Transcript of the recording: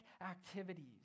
activities